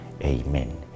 amen